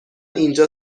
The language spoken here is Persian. اینجا